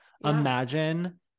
Imagine